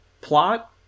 plot